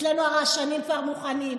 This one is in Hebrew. אצלנו הרעשנים כבר מוכנים.